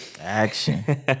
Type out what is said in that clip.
Action